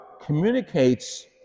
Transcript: communicates